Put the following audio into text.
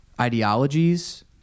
ideologies